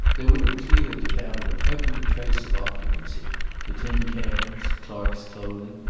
they would have cleared the cabin of every trace of occupancy the tin cans, clark's clothing,